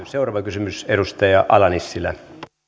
seuraava kysymys edustaja ala nissilä